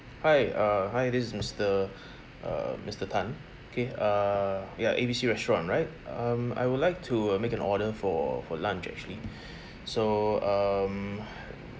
hi uh hi this is mister uh mister tan K err ya A B C restaurant right um I would like to uh make an order for for lunch actually so um